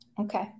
Okay